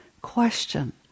question